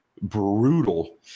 brutal